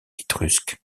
étrusque